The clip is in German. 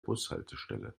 bushaltestelle